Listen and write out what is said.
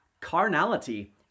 carnality